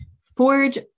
Forge